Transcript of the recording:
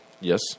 Yes